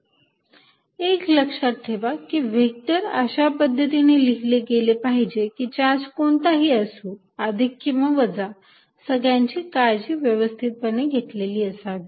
Fnet14π0qQ1r12r1Q2r22r2 एक गोष्ट लक्षात ठेवा कि व्हेक्टर अशा पद्धतीने लिहिले गेले पाहिजे की चार्ज कोणताही असू अधिक किंवा वजा सगळ्याची काळजी व्यवस्थितपणे घेतलेली असावी